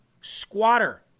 Squatter